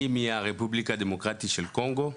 אני מהרפובליקה הדמוקרטית של קונגו,